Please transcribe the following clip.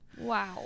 Wow